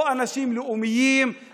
או אנשים לאומיים,